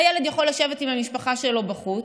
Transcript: הילד יכול לשבת עם המשפחה שלו בחוץ,